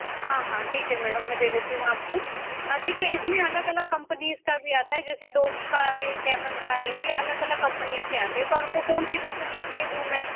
हाँ हाँ ठीक है मैडम मैं दे देती हूँ आपको देखिए इस में अलग अलग कंपनीज़ का भी आता है जैसे डोम्स का है कैमल का है ये अलग अलग कंपनीज़ के आते हैं तो आपको कौन सी कंपनी के दूँ मैं